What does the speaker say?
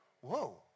Whoa